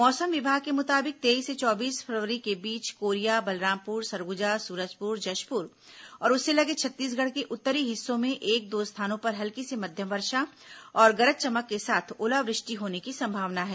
मौसम विभाग के मुताबिक तेईस से चौबीस फरवरी के बीच कोरिया बलरामपुर सरगुजा सूरजपुर जशपुर और उससे लगे छत्तीसगढ़ के उत्तरी हिस्से में एक दो स्थानों पर हल्की से मध्यम वर्षा और गरज चमक के साथ ओलावृष्टि होने की संभावना है